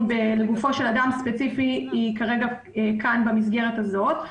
לגופו של אדם ספציפי הוא במסגרת הזאת.